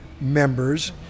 members